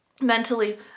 mentally